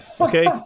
Okay